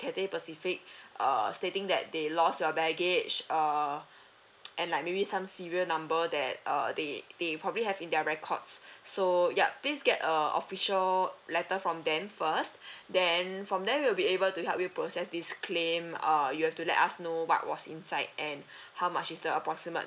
Cathay Pacific uh stating that they lost your baggage uh and like maybe some serial number that uh they'd they probably have in their records so yup please get a official letter from them first then from there we'll be able to help you process this claim uh you have to let us know what was inside and how much is the approximate